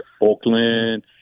Oakland